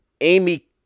Amy